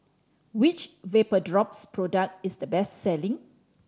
which Vapodrops product is the best selling